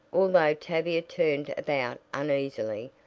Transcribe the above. although tavia turned about uneasily,